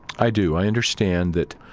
i do. i understand that,